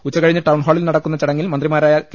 ഉച്ചുക ഴിഞ്ഞ് ടൌൺഹാളിൽ നടക്കുന്ന ചടങ്ങിൽ മന്ത്രിമാരായ കെ